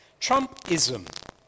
Trumpism